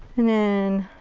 and then